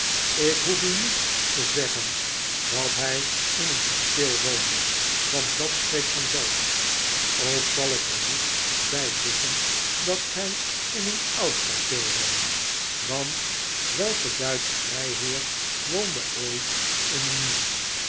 ik hoef u niet te zeggen dat hij in een kasteel woonde want dat spreekt vanzelf ook zal ik er niet bijvoegen dat hij in een oud kasteel woonde want welke duitsche vrijheer woonde ooit in een nieuw